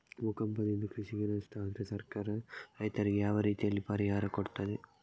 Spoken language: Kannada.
ಭೂಕಂಪದಿಂದ ಕೃಷಿಗೆ ನಷ್ಟ ಆದ್ರೆ ಸರ್ಕಾರ ರೈತರಿಗೆ ಯಾವ ರೀತಿಯಲ್ಲಿ ಪರಿಹಾರ ಕೊಡ್ತದೆ?